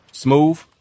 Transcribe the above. Smooth